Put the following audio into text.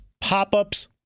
pop-ups